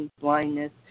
blindness